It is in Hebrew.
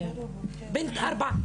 הילדה בת ארבע.